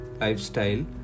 lifestyle